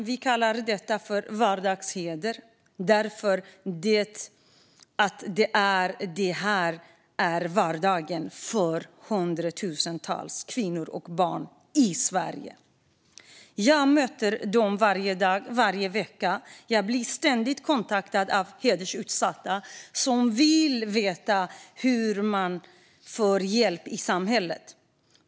Vi kallar detta vardagsheder därför att det är vardag för hundratals kvinnor och barn i Sverige. Jag möter dem varje dag och varje vecka. Jag blir ständigt kontaktad av hedersutsatta som vill veta hur man får hjälp av samhället.